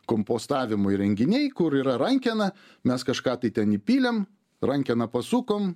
kompostavimo įrenginiai kur yra rankena mes kažką tai ten įpylėm rankeną pasukom